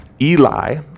Eli